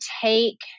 take